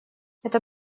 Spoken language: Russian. это